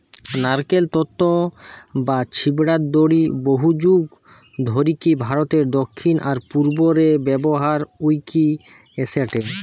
নারকেল তন্তু বা ছিবড়ার দড়ি বহুযুগ ধরিকি ভারতের দক্ষিণ আর পূর্ব রে ব্যবহার হইকি অ্যাসেটে